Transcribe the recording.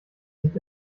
nicht